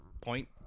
point